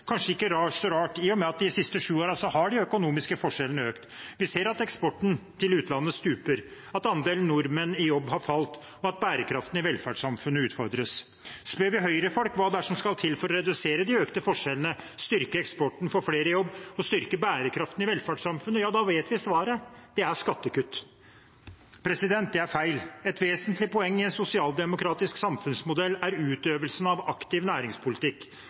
kanskje ikke så rart i og med at de økonomiske forskjellene har økt de siste sju årene. Vi ser at eksporten til utlandet stuper, at andelen nordmenn i jobb har falt, og at bærekraften i velferdssamfunnet utfordres. Spør vi høyrefolk hva det er som skal til for å redusere de økte forskjellene, styrke eksporten, få flere i jobb og styrke bærekraften i velferdssamfunnet, vet vi svaret: Det er skattekutt. Det er feil. Et vesentlig poeng i en sosialdemokratisk samfunnsmodell er utøvelsen av aktiv næringspolitikk